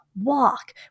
Walk